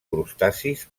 crustacis